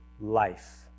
life